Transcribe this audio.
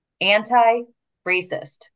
anti-racist